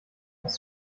hast